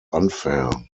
unfair